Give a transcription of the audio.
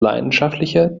leidenschaftliche